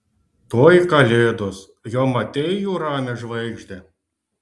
tuoj kalėdos jau matei jų ramią žvaigždę